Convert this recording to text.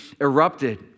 erupted